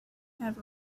have